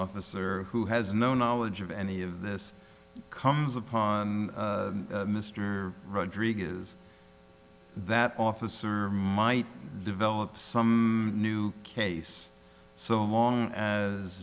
officer who has no knowledge of any of this comes upon mr rodriguez that officer might develop some new case so long as